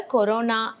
Corona